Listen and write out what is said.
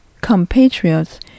compatriots